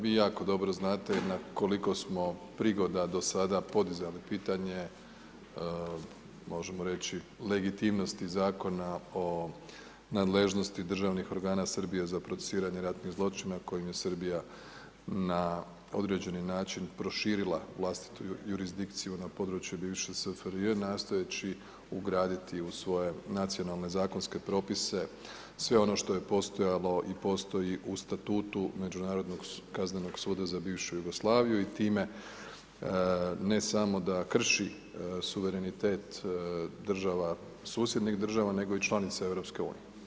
Vi jako dobro znate na koliko smo prigoda do sada podizali pitanje, možemo reći legitimnosti Zakona o nadležnosti državnih organa Srbije za procesuiranje ratnih zločina kojim je Srbija na određeni način proširila vlastitu jurisdikciju na područje bivše SFRJ, nastojeći ugraditi u svoje nacionalne zakonske propise sve ono što je postojalo i postoji u statutu Međunarodnog kaznenog suda za bivšu Jugoslaviju i time ne samo da krši suverenitet država, susjednih država nego i članica EU.